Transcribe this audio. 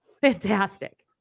fantastic